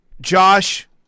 Josh